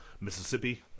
Mississippi